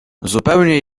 zupełnie